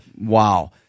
Wow